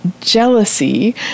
Jealousy